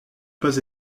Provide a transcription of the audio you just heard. pas